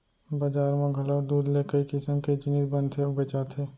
बजार म घलौ दूद ले कई किसम के जिनिस बनथे अउ बेचाथे